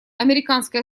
американской